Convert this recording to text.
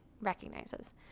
recognizes